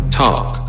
talk